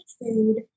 food